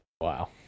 Wow